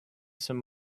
some